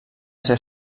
ser